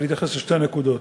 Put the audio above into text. ולהתייחס לשתי הנקודות.